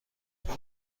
اون